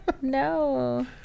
No